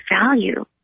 value